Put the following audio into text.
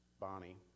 Bonnie